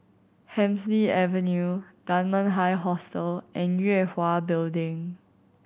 Hemsley Avenue Dunman High Hostel and Yue Hwa Building